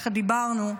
ככה דיברנו,